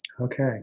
Okay